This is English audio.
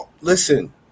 listen